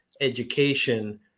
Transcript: education